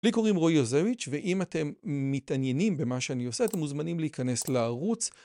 לי קוראים רועי יוזביץ', ואם אתם מתעניינים במה שאני עושה, אתם מוזמנים להיכנס לערוץ.